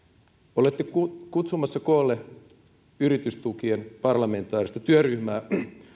olette kutsumassa koolle yritystukien parlamentaarista työryhmää